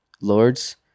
Lords